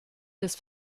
des